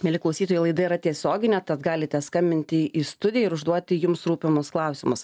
mieli klausytojai laida yra tiesioginė tad galite skambinti į studiją ir užduoti jums rūpimus klausimus